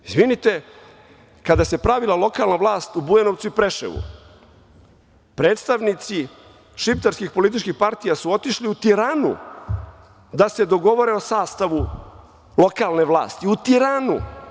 Izvinite, kada se pravila lokalna vlast u Bujanovcu i Preševu, predstavnici šiptarskih političkih partija su otišli u Tiranu da se dogovore o sastavu lokalne vlasti, u Tiranu.